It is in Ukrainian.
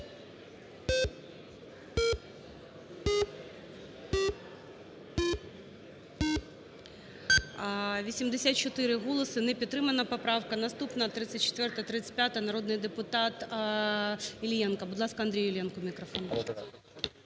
84 голоси. Не підтримана поправка. Наступна – 34-а, 35-а, народний депутат Іллєнко. Будь ласка, Андрій Іллєнко, мікрофон.